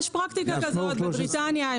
יש פרקטיקה כזאת בבריטניה,